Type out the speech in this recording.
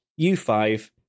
U5